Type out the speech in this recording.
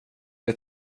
jag